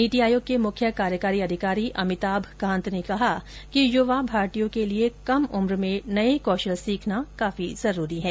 नीति आयोग के मुख्य कार्यकारी अधिकारी अमिताभ कांत ने कहा कि युवा भारतीयों के लिए कम उम्र में नए कौशल सीखना काफी जरूरी है